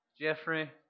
Jeffrey